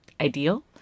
ideal